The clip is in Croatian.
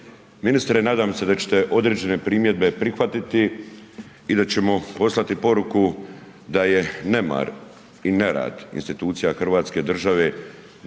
Ministre, nadam se da ćete određene primjedbe prihvatiti i da ćemo poslati poruku da je nemar i nerad institucija hrvatske države 30-ak